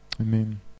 Amen